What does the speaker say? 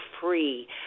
free